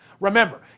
Remember